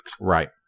Right